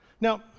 Now